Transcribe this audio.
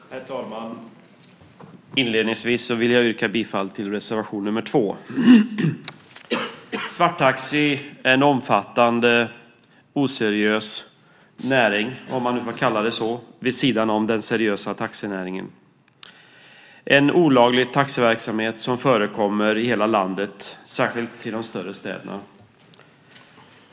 Herr talman! Inledningsvis vill jag yrka bifall till reservation nr 2. Svarttaxi är en omfattande oseriös näring, om man nu får kalla den så, vid sidan av den seriösa taxinäringen. Det är en olaglig taxiverksamhet som förekommer i hela landet, särskilt i de större städerna.